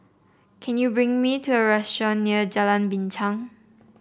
can you recommend me a restaurant near Jalan Binchang